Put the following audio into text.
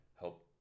help